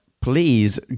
please